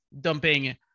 dumping